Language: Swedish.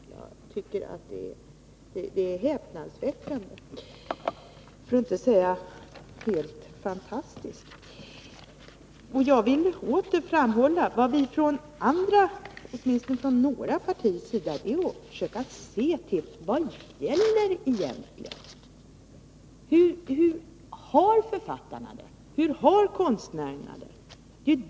Jag tycker att det är häpnadsväckande, för att inte säga helt fantastiskt. Jag vill åter framhålla att vi från åtminstone några partiers sida försöker se till vad det egentligen gäller. Hur har författarna det? Hur har konstnärerna det?